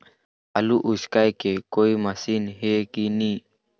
आलू उसकाय के कोई मशीन हे कि नी?